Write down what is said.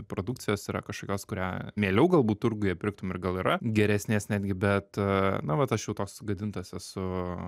produkcijos yra kažkokios kurią mieliau galbūt turguje pirktum ir gal yra geresnės netgi bet na vat aš jau toks sugadintas esu